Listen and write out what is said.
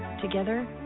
Together